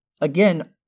Again